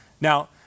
Now